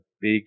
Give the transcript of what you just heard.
big